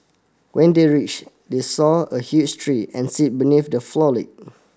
when they reached they saw a huge tree and seat beneath the foliage